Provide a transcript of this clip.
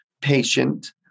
patient